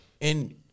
and-